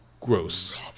gross